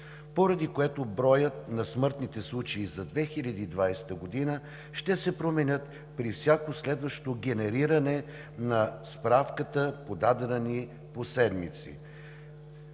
поради което броят на смъртните случаи за 2020 г. ще се променя при всяко следващо генериране на справката, подадена ни по седмици.